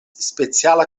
speciala